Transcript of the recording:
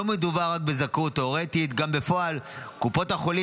לא מדובר רק בזכאות תיאורטית כי גם בפועל קופות החולים